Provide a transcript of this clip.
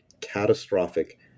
catastrophic